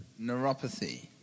Neuropathy